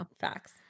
Facts